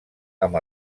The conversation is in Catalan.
amb